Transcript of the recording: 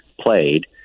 played